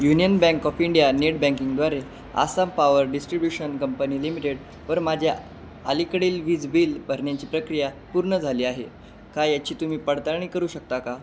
union bank of India नेटबँकिंगद्वारे Assam power distribution company limited वर माझे अलीकडील वीज बील भरण्याची प्रक्रिया पूर्ण झाली आहे का याची तुम्ही पडताळणी करू शकता का